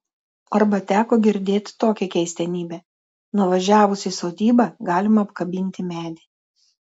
arba teko girdėt tokią keistenybę nuvažiavus į sodybą galima apkabinti medį